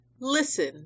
Listen